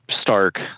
stark